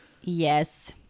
Yes